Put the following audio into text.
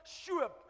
sure